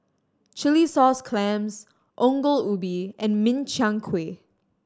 chilli sauce clams Ongol Ubi and Min Chiang Kueh